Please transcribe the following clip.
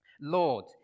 Lord